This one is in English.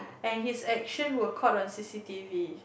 and his action were caught on c_c_t_v